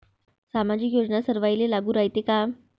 सामाजिक योजना सर्वाईले लागू रायते काय?